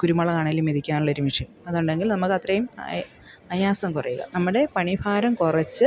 കുരുമുളകാണെങ്കിലും മെതിക്കാനുള്ളൊരു മെഷീൻ അതുണ്ടെങ്കിൽ നമുക്ക് അത്രയും അയാസം കുറയുക നമ്മുടെ പണി ഭാരം കുറച്ച്